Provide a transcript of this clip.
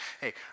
Hey